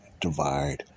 divide